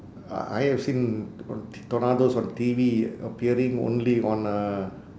I I have seen t~ tornadoes on T_V appearing only on uh